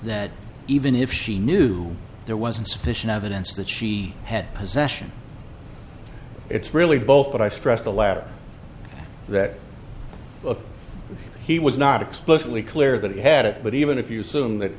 that even if she knew there was insufficient evidence that she had possession it's really both but i stress the latter that he was not explicitly clear that he had it but even if you assume that